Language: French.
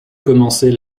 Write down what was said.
commençait